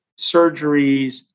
surgeries